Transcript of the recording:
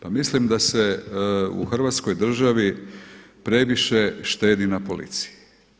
Pa mislim da se u hrvatskoj državi previše štedi na policiji.